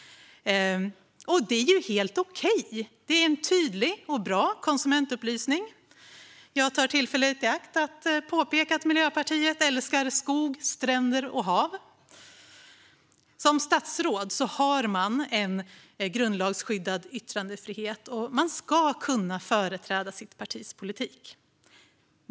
Det är helt okej. Det är en tydlig och bra konsumentupplysning. Jag tar tillfället i akt att påpeka att Miljöpartiet älskar skog, stränder och hav. Som statsråd har man en grundlagsskyddad yttrandefrihet. Man ska kunna företräda sitt partis politik.